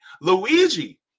Luigi